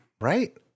Right